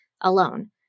alone